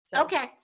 Okay